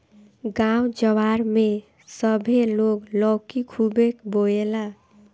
गांव जवार में सभे लोग लौकी खुबे बोएला